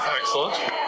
excellent